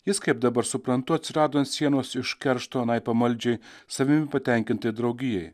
jis kaip dabar suprantu atsirado ant sienos iš keršto anai pamaldžiai savim patenkintai draugijai